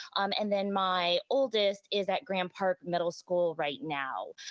and then my oldest is at graham park middle school right now.